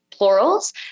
Plurals